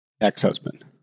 ex-husband